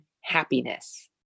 happiness